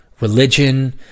religion